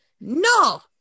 No